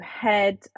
head